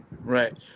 Right